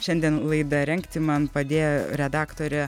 šiandien laidą rengti man padėjo redaktorė